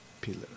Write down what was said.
pillar